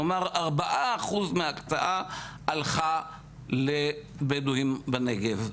כלומר 4% מההקצאה הלכה לבדואים בנגב.